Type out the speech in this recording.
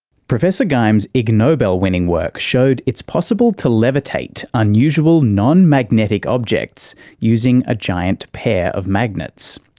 professor geim's ig nobel-winning work showed it's possible to levitate unusual, non-magnetic objects using a giant pair of magnets.